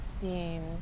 seen